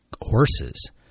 horses